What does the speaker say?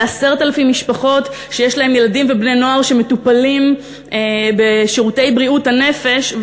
ל-10,000 משפחות שיש להם ילדים ובני-נוער שמטופלים בשירותי בריאות הנפש,